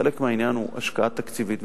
חלק מהעניין הוא השקעה תקציבית,